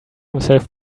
himself